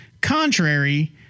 contrary